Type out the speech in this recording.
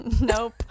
nope